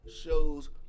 shows